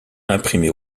imprimé